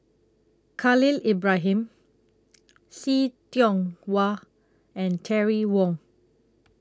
Khalil Ibrahim See Tiong Wah and Terry Wong